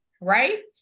right